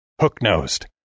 hook-nosed